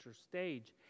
stage